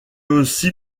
aussi